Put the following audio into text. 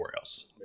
else